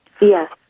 Yes